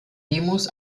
demos